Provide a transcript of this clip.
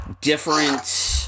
different